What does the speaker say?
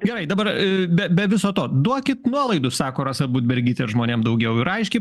gerai dabar be be viso to duokit nuolaidų sako rasa budbergytė žmonėm daugiau yra aiškiai